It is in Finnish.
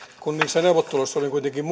kun niissä neuvotteluissa olin kuitenkin